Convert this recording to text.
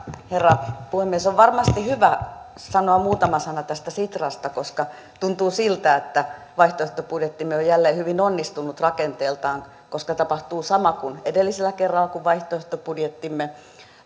herra puhemies on varmasti hyvä sanoa muutama sana tästä sitrasta tuntuu siltä että vaihtoehtobudjettimme on jälleen hyvin onnistunut rakenteeltaan koska tapahtuu sama kuin edellisellä kerralla kun vaihtoehtobudjettimme